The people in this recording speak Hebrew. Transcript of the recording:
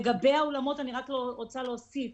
לגבי האולמות, אני רוצה להוסיף